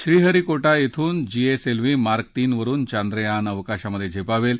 श्रीहरीकोटा ध्रून GSLV Mark तीन वरुन चांद्रयान अवकाशात झेपावेल